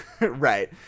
Right